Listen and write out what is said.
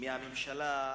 מהממשלה הימנית,